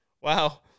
Wow